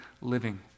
living